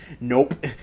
Nope